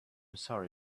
sorry